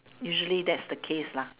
usually that's the case lah